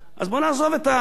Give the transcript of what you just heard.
אז בואו נעזוב את המשחקים,